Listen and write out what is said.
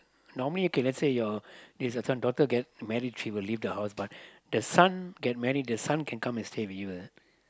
normally K let's say your this your son daughter get married she will leave the house but the son get married the son can come and stay with you ah